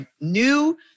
new-